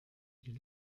die